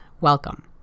Welcome